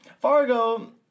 Fargo